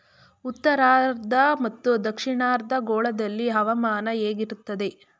ಉತ್ತರಾರ್ಧ ಮತ್ತು ದಕ್ಷಿಣಾರ್ಧ ಗೋಳದಲ್ಲಿ ಹವಾಮಾನ ಹೇಗಿರುತ್ತದೆ?